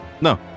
No